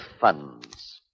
funds